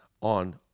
on